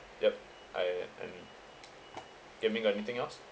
yup I I mean Kian Ming anything else